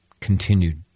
continued